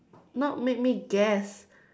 not make me guess